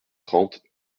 trente